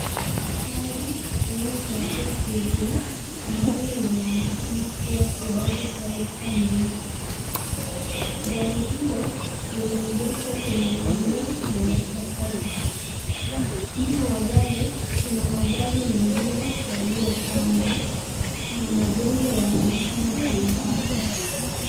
Gari, aina ya SUV, ambalo linaonekana kuwa Subaru Forester nyeusi, gari hilo, limeegeshwa kwenye, eneo lenye kokoto. Nyuma ya gari, kuna magari mengine, yaliopangwa, na majengo yanaonekana kwa umbali.